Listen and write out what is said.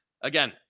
again